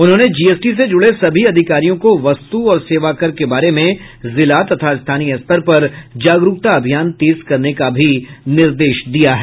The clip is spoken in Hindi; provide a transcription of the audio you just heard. उन्होंने जीएसटी से जुड़े सभी अधिकारियों को वस्तु और सेवाकर के बारे में जिला तथा स्थानीय स्तर पर जागरूकता अभियान तेज करने का भी निर्देश दिया है